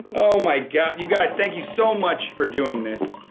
oh my god. you guys, thank you so much for doing this.